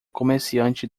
comerciante